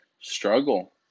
struggle